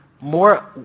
more